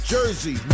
Jersey